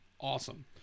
Awesome